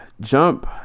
Jump